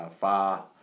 far